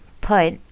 put